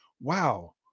wow